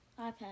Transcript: iPad